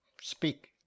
Speak